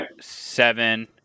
seven